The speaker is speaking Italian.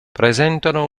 presentano